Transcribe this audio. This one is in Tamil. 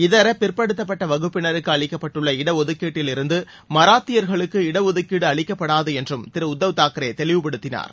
இதரப்பிற்படுத்தப்பட்ட வகுப்பினருக்கு அளிக்கப்பட்டுள்ள இடஒதுக்கீட்டிலிருந்து மராத்தியர்களுக்கு இடஒதுக்கீடு அளிக்கப்படாது என்றும் திரு உத்தவ் தாக்ரே தெளிவுபடுத்தினார்